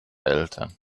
eltern